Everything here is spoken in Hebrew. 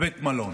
בבית מלון